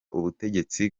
ubutegetsi